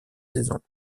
saisons